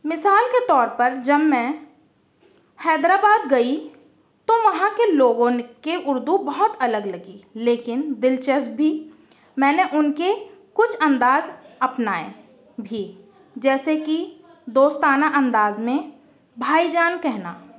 مثال کے طور پر جب میں حیدرآباد گئی تو وہاں کے لوگوں نے کے اردو بہت الگ لگی لیکن دلچس بھی میں نے ان کے کچھ انداز اپنائے بھی جیسے کہ دوستانہ انداز میں بھائی جان کہنا